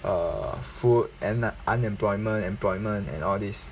err food and unemployment employment and all this